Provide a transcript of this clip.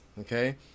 Okay